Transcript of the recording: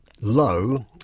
low